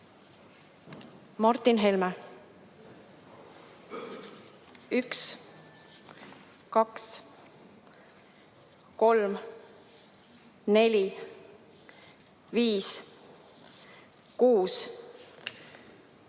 Martin Helme: 1, 2, 3, 4, 5, 6,